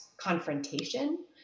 confrontation